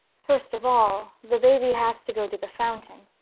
first of all, the baby has to go to the fountain.